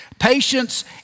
Patience